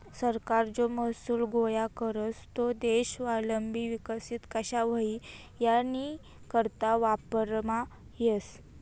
सरकार जो महसूल गोया करस तो देश स्वावलंबी विकसित कशा व्हई यानीकरता वापरमा येस